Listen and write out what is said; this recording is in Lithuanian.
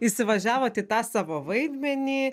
įsivažiavot į tą savo vaidmenį